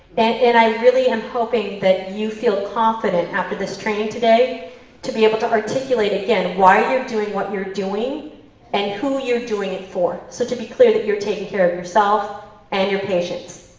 and i really am hoping that you feel confident after this training today to be able to articulate again why you're doing what you're doing and who you're doing it for. so to be clear that you're taking care of yourself and your patient.